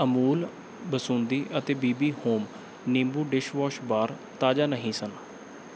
ਅਮੂਲ ਬਸੁੰਦੀ ਅਤੇ B B home ਨਿੰਬੂ dishwash bar ਤਾਜ਼ਾ ਨਹੀਂ ਸਨ